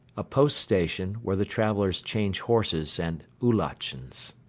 a post station, where the travelers change horses and oulatchens.